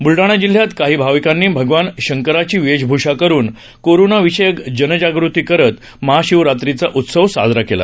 बुलडाणा जिल्ह्यात काही भाविकांनी भगवान शंकरांची वेषभूषा करून कोरोनाविषयक जनजागृती करत महाशिवरात्रीचा उत्सव साजरा केला